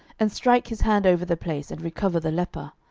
and strike his hand over the place, and recover the leper.